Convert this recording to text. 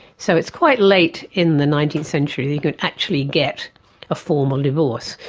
so it's quite late in the nineteenth century you can actually get a formal divorce.